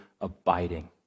abiding